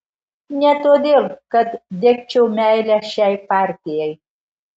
ne todėl kad degčiau meile šiai partijai